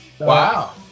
Wow